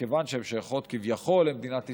וכיוון שהן שייכות כביכול למדינת ישראל,